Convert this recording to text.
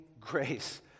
grace